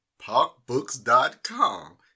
Parkbooks.com